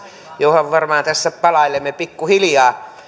johon varmaan tässä palailemme pikkuhiljaa